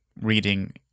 reading